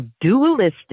Dualistic